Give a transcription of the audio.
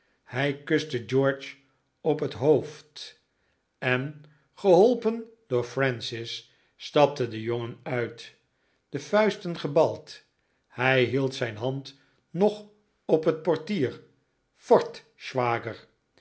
hij kuste george op het hoofd en geholpen door francis stapte de jongen uit de vuisten gebald hij hield zijn hand nog op het portier fort schwager